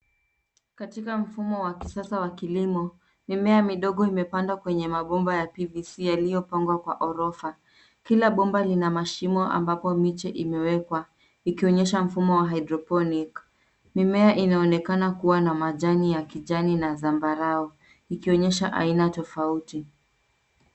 Katika mfumo wa kisasa wa kilimo, mimea midogo imepandwa kwenye mabomba ya PVC yaliyopangwa kwa orofa. Kila bomba lina mashimo ambapo miche imewekwa ikionyesha mfumo wa hydroponic . Mimea inaonekana kuwa na majani ya kijani na zambarau ikionyesha aina tofauti.